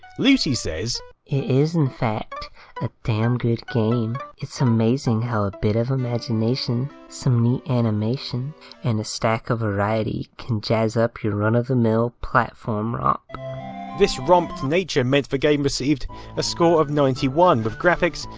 lucy says it is in fact, a damn good game. it's amazing how a bit of imagination, some neat animation and a stack of variety can jazz up your run of the mill platform romp this romped nature meant the game received a score of ninety one, with but graphics,